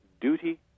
duty